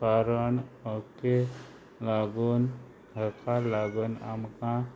कारण ओके लागून ताका लागून आमकां